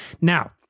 now